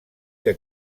que